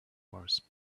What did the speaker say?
mars